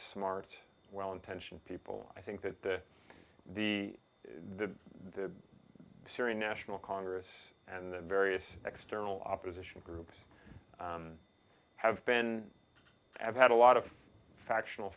smart well intentioned people i think that the the the the syrian national congress and the various external opposition groups have been have had a lot of fact